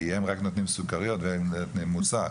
כי הם רק נותנים סוכריות ואבא ואמא מוסר.